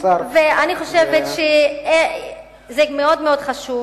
אני חושבת שמאוד מאוד חשוב